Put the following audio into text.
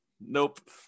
Nope